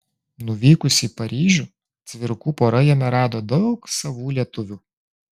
nuvykusi į paryžių cvirkų pora jame rado daug savų lietuvių